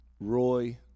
Roy